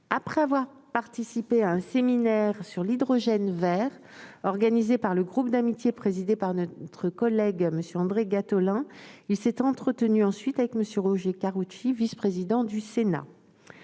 Après avoir participé à un séminaire sur l'hydrogène vert, organisé par le groupe d'amitié, présidé par notre collègue, M. André Gattolin, il s'est entretenu avec M. Roger Karoutchi, vice-président du Sénat.